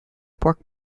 pork